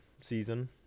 season